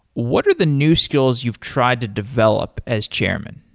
what are the new skills you've tried to develop as chairman?